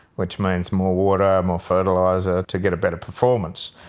which means more water, more fertiliser, to get a better performance.